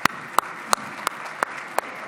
(מחיאות כפיים)